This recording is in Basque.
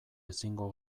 ezingo